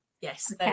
yes